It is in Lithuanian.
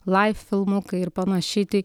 laif filmukai ir panašiai tai